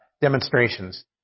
demonstrations